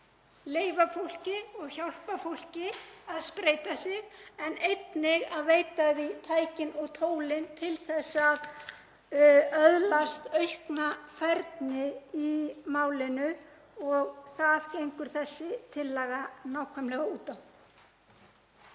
leyfa og hjálpa fólki að spreyta sig en einnig að veita því tækin og tólin til þess að öðlast aukna færni í málinu. Það gengur þessi tillaga nákvæmlega út á.